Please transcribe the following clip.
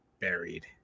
buried